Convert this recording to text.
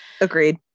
Agreed